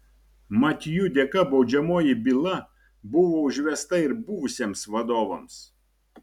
mat jų dėka baudžiamoji byla buvo užvesta ir buvusiems vadovams